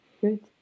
good